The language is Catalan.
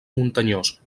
muntanyós